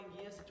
years